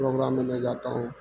پروگراموں میں جاتا ہوں